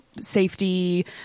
safety